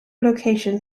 locations